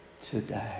today